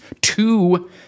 two